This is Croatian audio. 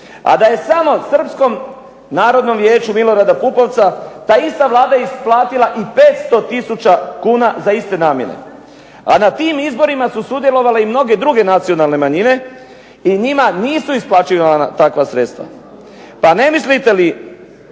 a da je samo srpskom Narodnom vijeću Milorada Pupovca ta ista Vlada isplatila i 500 tisuća kuna za iste namjene. A na tim izborima su sudjelovale i mnoge druge nacionalne manjine i njima nisu isplaćivana takva sredstva. Pa ne mislite li